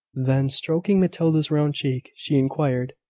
then, stroking matilda's round cheek, she inquired,